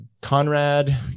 Conrad